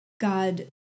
God